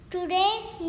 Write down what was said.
Today's